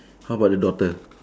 how about the daughter